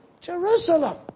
Jerusalem